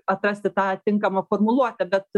atrasti tą tinkamą formuluotę bet